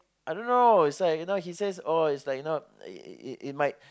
I don't know it's like you know he says oh it's like you know it it it might